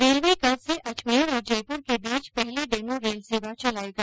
railway कल से अजमेर और जयपुर के बीच पहली डेमू रेलसेवा चलाएगा